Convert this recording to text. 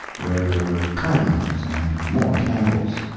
where there were cardinals and more candles.